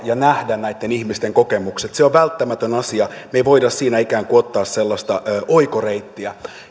ja nähdä näitten ihmisten kokemukset se on välttämätön asia me emme voi siinä ikään kuin ottaa sellaista oikoreittiä